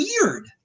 weird